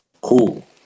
Cool